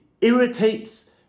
irritates